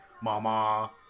Mama